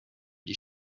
die